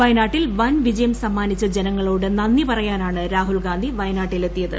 വയനാട്ടിൽ വൻ വിജയം സമ്മാനിച്ച ജനങ്ങളോട് നന്ദി പറയാനാണ് രാഹുൽഗാന്ധി വയനാട്ടിലെത്തിയത്